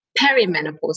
Perimenopause